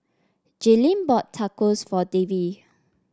Jaylene bought Tacos for Davie